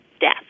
death